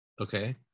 Okay